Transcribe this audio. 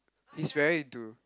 he's very into